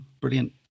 Brilliant